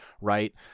right